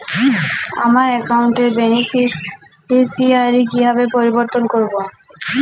আমার অ্যাকাউন্ট র বেনিফিসিয়ারি কিভাবে পরিবর্তন করবো?